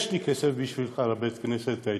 יש לי כסף בשבילך לבית-הכנסת האתיופי.